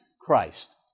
Christ